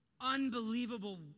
unbelievable